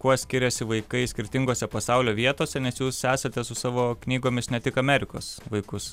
kuo skiriasi vaikai skirtingose pasaulio vietose nes jūs esate su savo knygomis ne tik amerikos vaikus